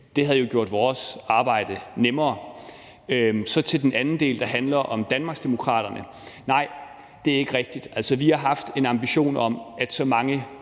Det havde gjort vores arbejde nemmere. Til den anden del, der handler om Danmarksdemokraterne, vil jeg sige: Nej, det er ikke rigtigt. Altså, vi har haft en ambition om, at så mange